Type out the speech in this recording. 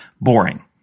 boring